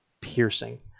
Piercing